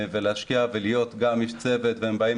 להשקיע ולהיות גם איש צוות' והם באים